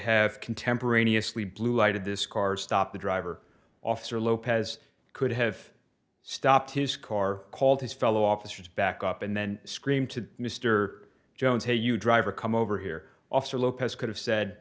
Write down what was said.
have contemporaneously blue light of this car stopped the driver officer lopez could have stopped his car called his fellow officers back up and then scream to mr jones hey you driver come over here officer lopez could have said